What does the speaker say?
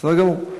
בסדר גמור.